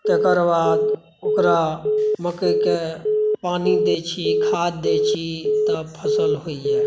तकर बाद ओकरा मकइके पानि दै छी खाद दै छी तब फसल होइया